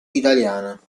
italiana